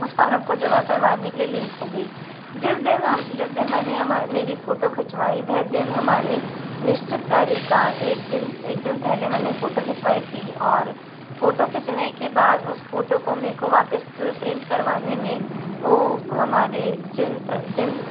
उस फारम को जमा करवाने के लिए लेट हो गई जिस दिन हम जिस दिन हमा मेरी फ़ोटो खिंचवाई वह दिन हमारे निश्चित तारीख का एक दिन एक दिन पहले मैंने फ़ोटो खिंचवाई थी और फ़ोटो खिचने के बाद उस फ़ोटो को मेरे को वापस प्रिंट करवाने में और हमारे जिन जिन